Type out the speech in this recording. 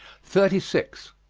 thirty six.